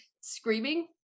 screaming